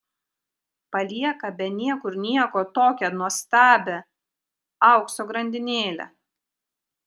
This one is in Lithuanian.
palieka be niekur nieko tokią nuostabią aukso grandinėlę